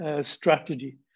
strategy